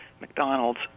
McDonald's